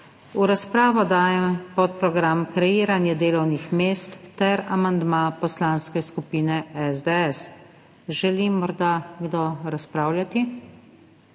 V razpravo dajem podprogram Kreiranje delovnih mest ter amandma Poslanske skupine SDS. Želi morda kdo razpravljati?